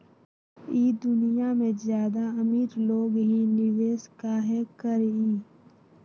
ई दुनिया में ज्यादा अमीर लोग ही निवेस काहे करई?